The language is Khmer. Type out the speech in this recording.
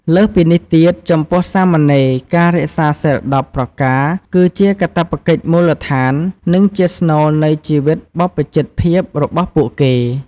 លើសពីនេះទៀត ចំពោះសាមណេរ ការរក្សា សីល ១០ ប្រការ គឺជាកាតព្វកិច្ចមូលដ្ឋាន និងជាស្នូលនៃជីវិតបព្វជិតភាពរបស់ពួកគេ។